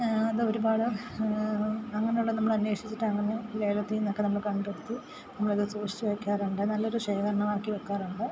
അത് ഒരുപാട് അങ്ങനെയുള്ളത് നമ്മൾ അന്വേഷിച്ചിട്ടാണ് ലേലത്തിൽ നിന്നൊക്കെ നമ്മൾ കണ്ടെത്തി നമ്മളത് സൂക്ഷിച്ചു വെക്കാറുണ്ട് നല്ലൊരു ശേഖരണമാക്കി വെക്കാറുണ്ട്